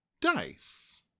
dice